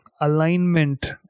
alignment